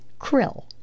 Krill